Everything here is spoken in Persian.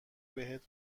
بهت